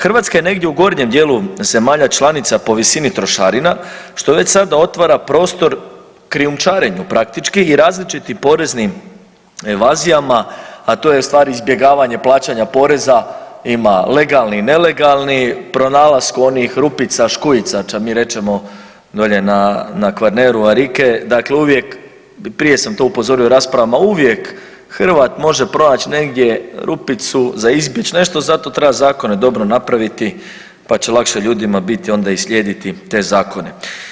Hrvatska je negdje u gornjem dijelu zemalja članica po visini trošarina što već sada otvara prostor krijumčarenju praktički i različitim poreznim invazijama a to je ustvari izbjegavanje plaćanja poreza, ima legalni i nelegalni, pronalasku onih rupica, škujica ča mi rečemo dole na Kvarneru arike, dakle uvijek, prije sam to upozorio u raspravama, uvijek Hrvat može pronać negdje rupicu za izbjeći nešto, zato treba zakone dobro napraviti, pa će lakše ljudima biti onda i slijediti te zakone.